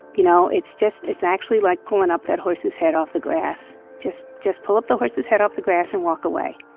you know, it's just it's actually like pulling up that horse's head off the grass. just just pull up the horse's head off the grass and walk away.